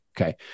Okay